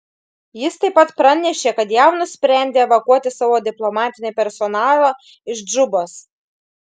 jis taip pat pranešė kad jav nusprendė evakuoti savo diplomatinį personalą iš džubos